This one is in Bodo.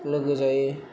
लोगो जायो